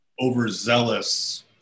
overzealous